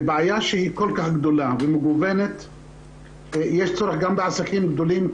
בבעיה שהיא כל כך גדולה ומגוונת יש צורך גם בעסקים גדולים,